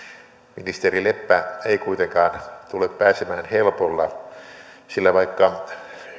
ministeri leppä ei kuitenkaan tule pääsemään helpolla sillä vaikka